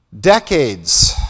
decades